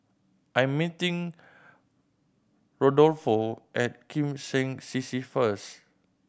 I'm meeting Rodolfo at Kim Seng C C first